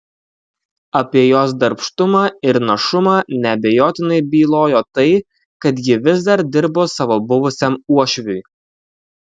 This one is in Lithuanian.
apie jos darbštumą ir našumą neabejotinai bylojo tai kad ji vis dar dirbo savo buvusiam uošviui